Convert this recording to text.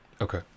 Okay